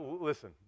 listen